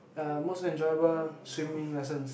uh most enjoyable swimming lessons